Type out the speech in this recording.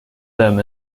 them